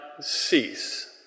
cease